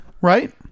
Right